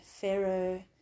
Pharaoh